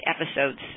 episodes